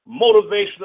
motivational